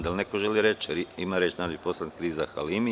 Da li neko želi reč? (Da) Reč ima narodni poslanik Riza Halimi.